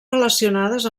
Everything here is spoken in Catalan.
relacionades